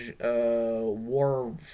war